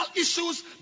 issues